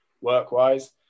work-wise